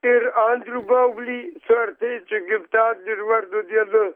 ir andrių baublį su artėjančiu gimtadieniu ir vardo diena